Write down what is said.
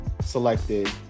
selected